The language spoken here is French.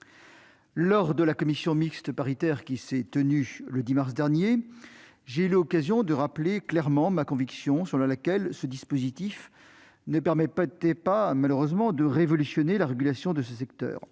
Lors de la commission mixte paritaire qui s'est tenue le 10 mars dernier, j'ai eu l'occasion de rappeler clairement ma conviction selon laquelle ce dispositif ne permettrait malheureusement pas de révolutionner la régulation de ce secteur,